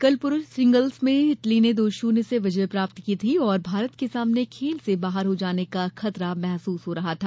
कल प्रुष सिंगल्स में इटली ने दो शून्य से विजय प्राप्त की थी और भारत के सामने खेल से बाहर हो जाने का खतरा महसूस हो रहा था